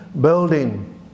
building